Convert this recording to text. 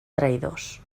traïdors